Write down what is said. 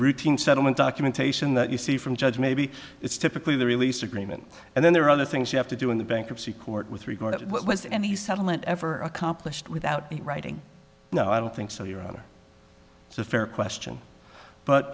routine settlement documentation that you see from judge maybe it's typically the release agreement and then there are other things you have to do in the bankruptcy court with regard to what any settlement ever accomplished without writing no i don't think so your honor it's a fair question but